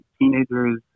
teenagers